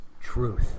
Truth